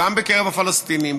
גם בקרב הפלסטינים,